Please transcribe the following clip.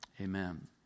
Amen